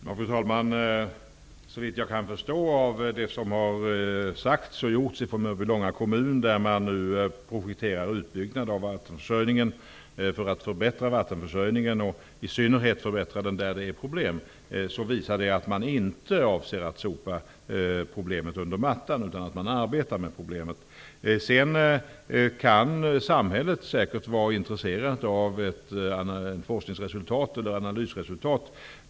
Fru talman! Såvitt jag kan förstå av det som sagts och gjorts från Mörbylånga kommuns sida, som nu projekterar en utbyggnad av vattenförsörjningen för att förbättra den, i synnerhet där det är problem, visar att man inte avser att sopa problemet under mattan. Det visar i stället att man arbetar med problemet. Samhället kan visserligen säkert vara intresserat av ett forsknings och analysresultat.